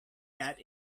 that